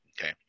okay